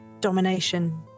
domination